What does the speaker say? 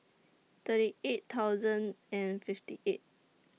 thirty eight thousand and fifty eight